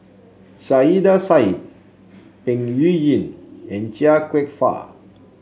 Saiedah Said Peng Yuyun and Chia Kwek Fah